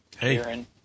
Hey